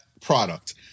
product